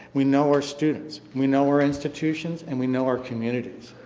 we know our students. we know our institutions. and we know our communities,